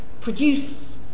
produce